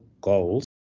goals